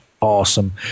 awesome